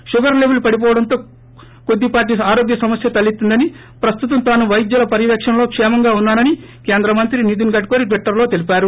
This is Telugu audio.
షుగర్ లెవిల్ పడిపోవడం వల్ల కొద్ది పాటి ఆరోగ్య సమస్య తలెత్తిందని ప్రస్తుతం తాను వైద్యుల పర్యవేకణలో కేమంగా ఉన్సానని కేంద్ర మంత్రి నితిన్ గడ్కరి ట్విట్లర్ లో తెలిపారు